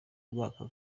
mwaka